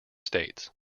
states